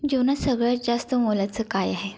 जीवनात सगळ्यात जास्त मोलाचं काय आहे